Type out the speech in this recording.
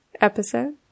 episode